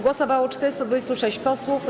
Głosowało 426 posłów.